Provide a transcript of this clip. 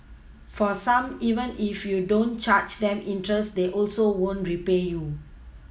for some even if you don't charge them interest they also won't repay you